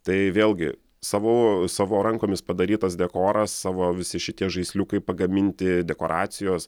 tai vėlgi savų savo rankomis padarytas dekoras savo visi šitie žaisliukai pagaminti dekoracijos